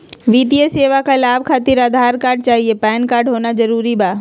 वित्तीय सेवाएं का लाभ खातिर आधार कार्ड चाहे पैन कार्ड होना जरूरी बा?